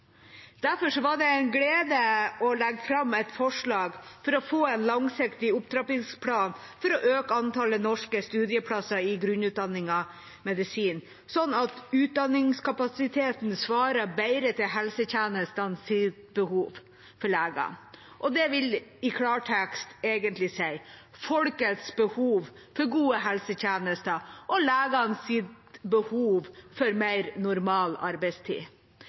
Derfor var det en glede å legge fram et forslag til en langsiktig opptrappingsplan for å øke antallet norske studieplasser i grunnutdanningen i medisin, slik at utdanningskapasiteten svarer bedre til helsetjenestens behov for leger. Det vil i klartekst egentlig si folkets behov for gode helsetjenester og legenes behov for mer normal arbeidstid.